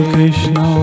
Krishna